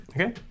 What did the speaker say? Okay